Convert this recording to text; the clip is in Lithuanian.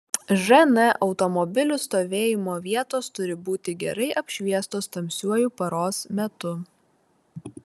žn automobilių stovėjimo vietos turi būti gerai apšviestos tamsiuoju paros metu